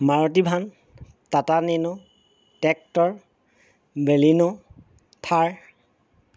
Maruti van Tata nano tractor Baleno Thar